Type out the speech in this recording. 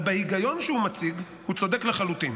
אבל בהיגיון שהוא מציג, הוא צודק לחלוטין.